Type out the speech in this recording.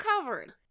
covered